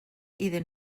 iddyn